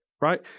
right